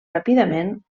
ràpidament